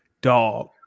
dog